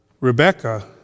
Rebecca